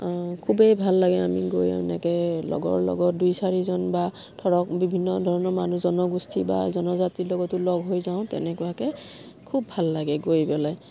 খুবেই ভাল লাগে আমি গৈ এনেকৈ লগৰ লগত দুই চাৰিজন বা ধৰক বিভিন্ন ধৰণৰ মানুহ জনগোষ্ঠী বা জনজাতিৰ লগতো লগ হৈ যাওঁ তেনেকুৱাকৈ খুব ভাল লাগে গৈ পেলাই